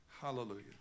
Hallelujah